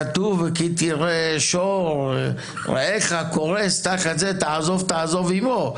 כי תראה שור רעך קורס תחת "עָזֹב תעֲזֹב עִמו".